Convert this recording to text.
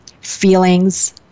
feelings